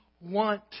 want